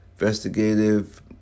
investigative